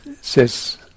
says